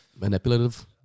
Manipulative